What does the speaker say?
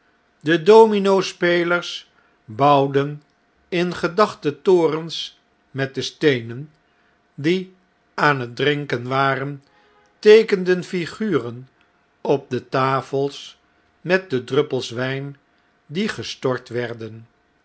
de dominospelers bouwden in gedachte torens met de steenen die aan het drinken waren teekenden figuren op de tafels met de druppels wijn die gestort werden